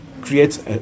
creates